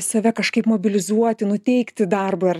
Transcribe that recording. save kažkaip mobilizuoti nuteikti darbui ar